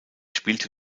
spielte